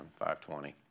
5.20